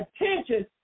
attention